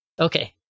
Okay